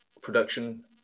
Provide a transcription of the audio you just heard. production